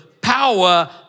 power